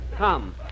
Come